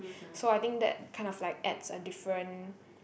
so I think that kind of like adds a different